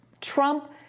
Trump